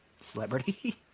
celebrity